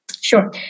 Sure